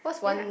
yeah